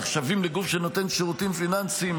הם נחשבים לגוף שנותן שירותים פיננסיים,